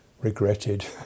regretted